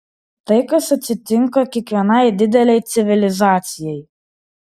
tai kas atsitinka kiekvienai didelei civilizacijai